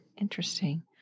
Interesting